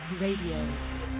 Radio